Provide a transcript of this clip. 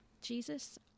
Jesus